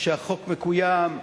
שהחוק מקוים,